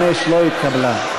25 לא התקבלה.